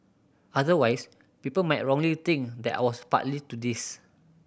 otherwise people might wrongly think that I was partly to this